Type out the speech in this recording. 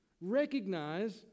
recognize